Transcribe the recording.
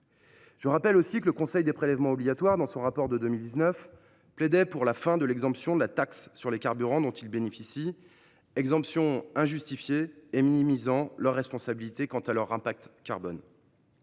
Je rappelle aussi que le Conseil des prélèvements obligatoires, dans son rapport de 2019, plaidait pour la fin de l’exemption de la taxe sur les carburants dont ils bénéficient, exemption injustifiée et minimisant leur responsabilité quant à leur empreinte carbone.